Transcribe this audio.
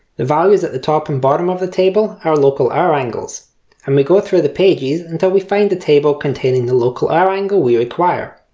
the values at the top and bottom of the table are local hour angles and we go through the pages until we find the table containing the local hour angle we require,